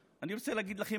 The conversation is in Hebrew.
אני רוצה להגיד לכם,